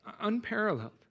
unparalleled